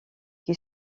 qui